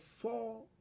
four